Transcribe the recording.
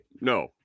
no